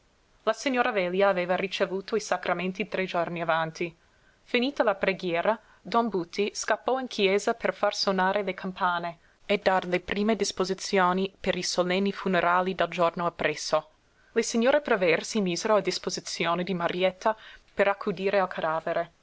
la signora velia aveva ricevuto i sacramenti tre giorni avanti finita la preghiera don buti scappò in chiesa per far sonare le campane e dar le prime disposizioni per i solenni funerali del giorno appresso le signore prever si misero a disposizione di marietta per accudire al cadavere